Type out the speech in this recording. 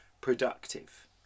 productive